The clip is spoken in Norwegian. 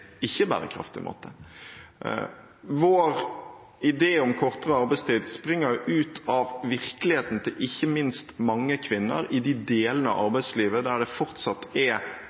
ikke bærekraftig måte? Vår idé om kortere arbeidstid springer ikke minst ut av virkeligheten til mange kvinner i de delene av arbeidslivet der det fortsatt er